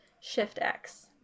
Shift-X